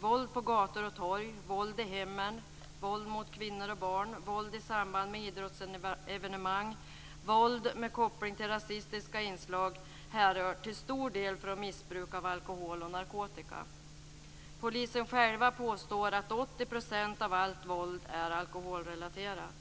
Våld på gator och torg, våld i hemmen, våld mot kvinnor och barn, våld i samband med idrottsevenemang och våld med koppling till rasisitiska inslag härrör till stor del från missbruk av alkohol och narkotika. Polisen själv påstår att 80 % av allt våld är alkoholrelaterat.